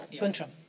Guntram